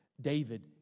David